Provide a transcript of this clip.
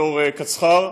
בתור קצח"ר,